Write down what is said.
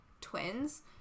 twins